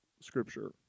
scripture